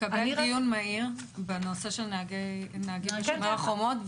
התקבל דיון מהיר בנושא של נהגים ב"שומר חומות",